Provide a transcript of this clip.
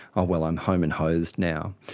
oh well, i'm home and hosed now.